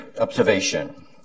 observation